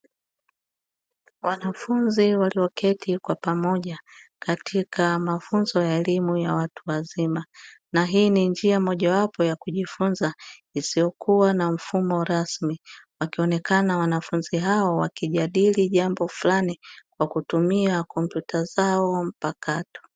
Wanafunzi walioketi kwa pamoja katika mafunzo ya elimu ya watu wazima, na hii ni njia mojawapo ya kujifunza isiyokuwa na mfumo rasmi. Wakionekana wanafunzi hao wakijadili jambo fulani kwa kutumia kompyuta zao mpakato.